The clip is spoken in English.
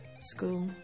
school